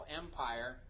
empire